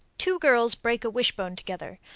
two girls break a wishbone together.